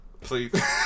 Please